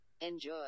Enjoy